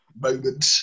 moment